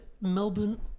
Melbourne